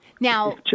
Now